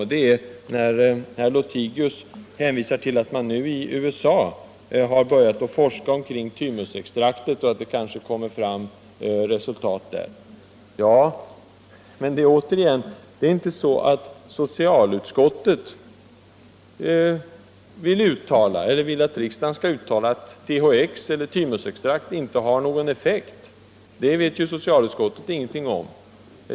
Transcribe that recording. Herr Lothigius hänvisade till att man nu i USA har börjat forska kring thymusextrakt, och att det kanske kommer fram resultat därifrån. Men socialutskottet vill inte att riksdagen skall uttala att THX eller thymusextrakt inte har någon effekt. Det vet socialutskottet ingenting om.